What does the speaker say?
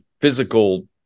physical